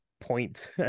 point